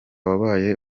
wabaye